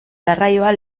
garraioa